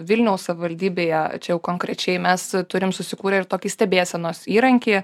vilniaus savivaldybėje čia jau konkrečiai mes turim susikūrę ir tokį stebėsenos įrankį